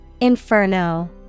Inferno